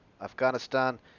Afghanistan